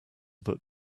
that